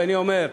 ואני אומר,